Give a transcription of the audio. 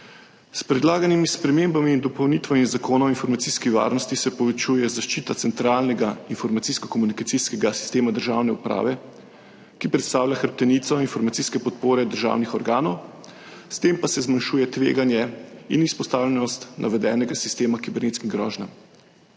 S predlaganimi spremembami in dopolnitvami Zakona o informacijski varnosti se povečuje zaščita centralnega informacijsko-komunikacijskega sistema državne uprave, ki predstavlja hrbtenico informacijske podpore državnih organov, s tem pa se zmanjšuje tveganje in izpostavljenost navedenega sistema kibernetskim grožnjam.